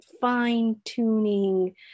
fine-tuning